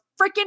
freaking